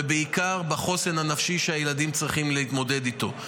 ובעיקר בחוסן הנפשי שהילדים צריכים להתמודד איתו.